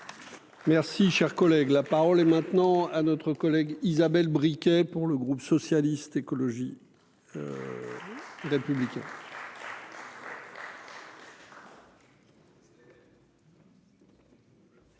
Merci, cher collègue, la parole est maintenant à notre collègue Isabelle briquet pour le groupe socialiste, écologie. Il a public.